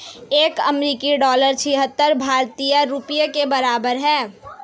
एक अमेरिकी डॉलर छिहत्तर भारतीय रुपये के बराबर होता है